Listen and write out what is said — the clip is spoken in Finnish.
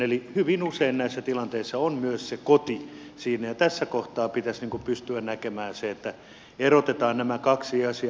eli hyvin usein näissä tilanteissa on myös se koti siinä ja tässä kohtaa pitäisi pystyä näkemään se että erotetaan nämä kaksi asiaa